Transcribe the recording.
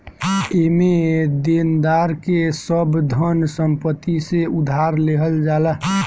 एमे देनदार के सब धन संपत्ति से उधार लेहल जाला